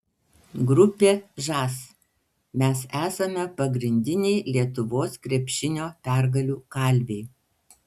grupė žas mes esame pagrindiniai lietuvos krepšinio pergalių kalviai